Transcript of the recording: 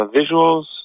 visuals